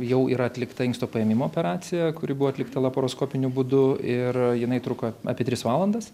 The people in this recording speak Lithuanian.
jau yra atlikta inksto paėmimo operacija kuri buvo atlikta laparoskopiniu būdu ir jinai truko apie tris valandas